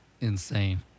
insane